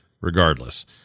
regardless